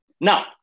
Now